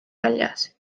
väljas